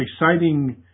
exciting